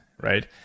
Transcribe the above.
right